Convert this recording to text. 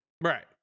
Right